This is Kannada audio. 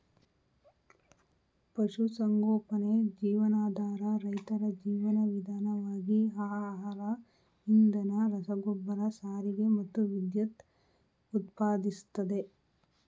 ಪಶುಸಂಗೋಪನೆ ಜೀವನಾಧಾರ ರೈತರ ಜೀವನ ವಿಧಾನವಾಗಿ ಆಹಾರ ಇಂಧನ ರಸಗೊಬ್ಬರ ಸಾರಿಗೆ ಮತ್ತು ವಿದ್ಯುತ್ ಉತ್ಪಾದಿಸ್ತದೆ